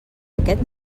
aquest